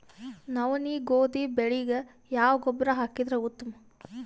ನವನಿ, ಗೋಧಿ ಬೆಳಿಗ ಯಾವ ಗೊಬ್ಬರ ಹಾಕಿದರ ಉತ್ತಮ?